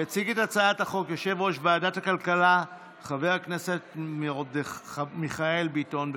יציג את הצעת החוק יושב-ראש ועדת הכלכלה חבר הכנסת מיכאל ביטון.